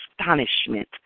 astonishment